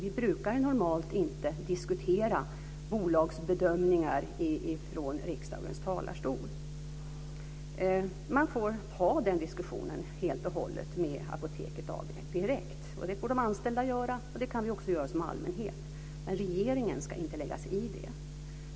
Vi brukar ju normalt inte diskutera bolags bedömningar från riksdagens talarstol. Man får ta den diskussionen helt och hållet med Apoteket AB direkt. Det får de anställda göra, och det kan vi också göra som allmänhet. Men regeringen ska inte lägga sig i det.